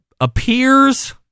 appears